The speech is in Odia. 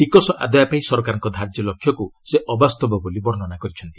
ଟିକସ ଆଦାୟ ପାଇଁ ସରକାରଙ୍କ ଧାର୍ଯ୍ୟ ଲକ୍ଷ୍ୟକୁ ସେ ଅବାସ୍ତବ ବୋଲି ବର୍ଷ୍ଣନା କରିଛନ୍ତି